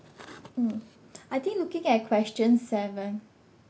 mm I think looking at question seven